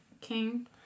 King